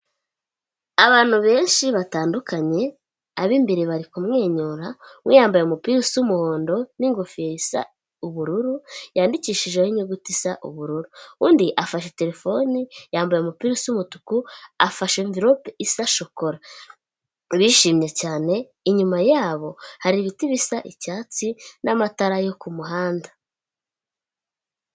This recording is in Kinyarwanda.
Abantu benshi batandukanye ab'imbere bari kumwenyura, we yambaye umupira w'umuhondo n'ingofero isa ubururu, yandikishijeho inyuguti isa ubururu, undi afashe terefone yambaye umupira usa umutuku afashe amvelope isa shokora bishimye cyane, inyuma yabo hari ibiti bisa icyatsi n'amatara yo ku muhanda.